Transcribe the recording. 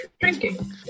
Drinking